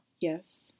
Yes